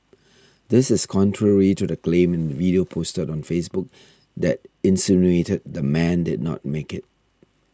this is contrary to the claim in the video posted on Facebook that insinuated the man did not make it